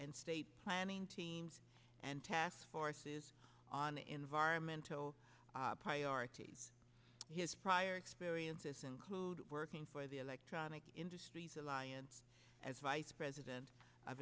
and state planning teams and task forces on the environmental priorities his prior experiences include working for the electronic industries alliance as vice president of